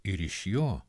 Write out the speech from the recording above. ir iš jo